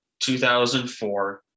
2004